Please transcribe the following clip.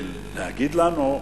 ולהגיד לנו,